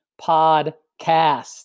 Podcast